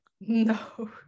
no